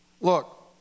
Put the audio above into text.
Look